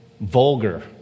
vulgar